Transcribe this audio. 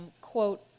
quote